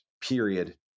period